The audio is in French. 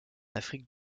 afrique